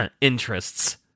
interests